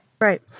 Right